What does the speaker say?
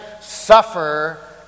suffer